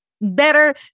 better